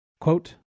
Quote